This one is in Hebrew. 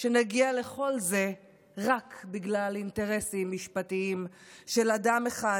שנגיע לכל זה רק בגלל אינטרסים משפטיים של אדם אחד,